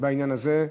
בעניין הזה.